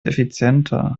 effizienter